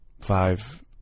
five